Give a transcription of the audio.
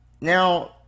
Now